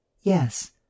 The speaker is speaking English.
yes